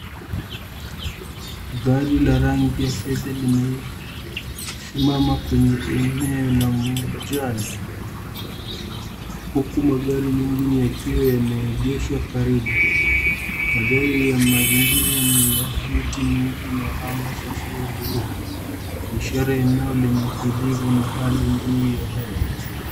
Gari la rangi ya fedha limesimama kwenye eneo la majani huku magari mingi yakiwa yameegeshwa karibu. Magari ya mazingira ni ya miti mingi na anga safi ya buluu ishara eneo yenye utulivu hali nzuri ya hewa.